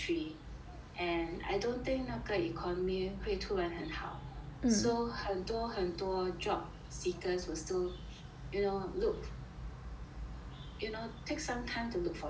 and I don't think 那个 economy 会突然很好 so 很多很多 job seekers will still you know look you know take some time to look for jobs